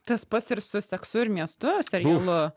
tas pats ir su seksu ir miestu serialu